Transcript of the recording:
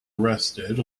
arrested